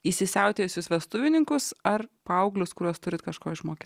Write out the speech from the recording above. įsisiautėjusius vestuvininkus ar paauglius kuriuos turit kažko išmokyt